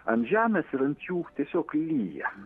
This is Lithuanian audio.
ant žemės ir ant jų tiesiog lyja